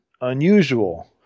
unusual